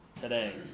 today